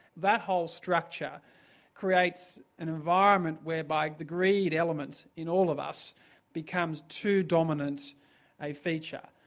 that whole structure creates an environment whereby the greed element in all of us becomes too dominant a feature.